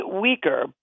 weaker